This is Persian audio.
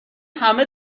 همه